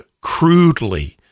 crudely